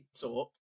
talk